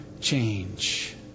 change